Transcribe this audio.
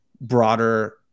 broader